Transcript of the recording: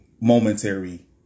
momentary